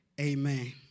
Amen